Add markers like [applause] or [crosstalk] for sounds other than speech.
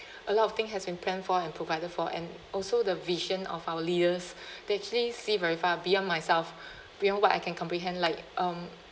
[breath] a lot of thing has been planned for and provided for and also the vision of our leaders [breath] they actually see very far beyond myself [breath] beyond what I can comprehend like um